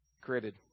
created